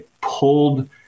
pulled